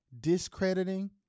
Discrediting